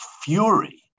fury